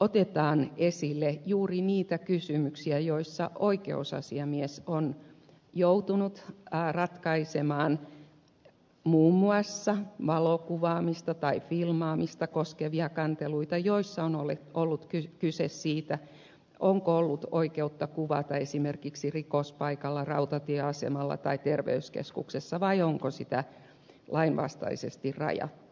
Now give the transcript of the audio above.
otetaan esille kysymyksiä joissa oikeusasiamies on joutunut ratkaisemaan muun muassa valokuvaamista tai filmaamista koskevia kanteluita joissa on ollut kyse siitä onko ollut oikeutta kuvata esimerkiksi rikospaikalla rautatieasemalla tai terveyskeskuksessa vai onko sitä lainvastaisesti rajattu